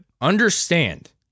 Understand